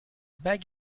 beg